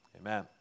Amen